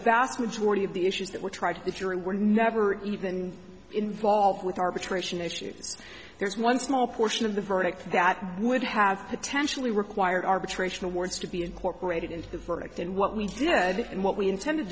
vast majority of the issues that were tried to during were never even involved with arbitration issues there's one small portion of the verdict that would have potentially required arbitration awards to be incorporated into the verdict and what we did and what we intended